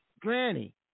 Granny